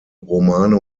romane